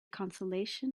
consolation